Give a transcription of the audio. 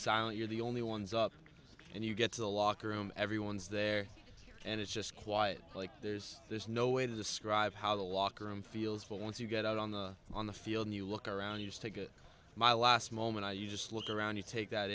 you're the only ones up and you get to the locker room everyone's there and it's just quiet like there's there's no way to describe how the locker room feels but once you get out on the on the field and you look around you just to get my last moment you just look around you take that